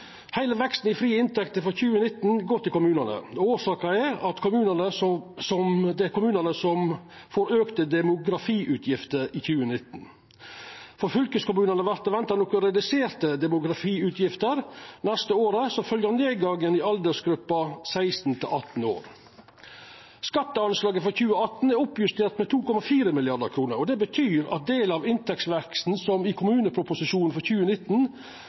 Heile veksten i frie inntekter for 2019 går til kommunane. Årsaka er at det er kommunane som får auka demografiutgifter i 2019. For fylkeskommunane vert det venta noko reduserte demografiutgifter det neste året, som følgje av nedgangen i aldersgruppa 16–18 år. Skatteanslaget for 2018 er oppjustert med 2,4 mrd. kr. Det betyr at delar av inntektsveksten som i kommuneproposisjonen for 2019